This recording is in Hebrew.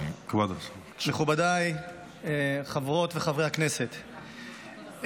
מכובדי חברות וחברי הכנסת,